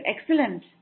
excellent